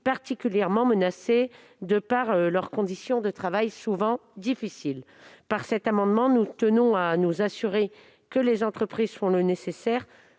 particulièrement menacés en raison de leurs conditions de travail souvent difficiles. Par cet amendement, nous tenons à nous assurer que les entreprises font le nécessaire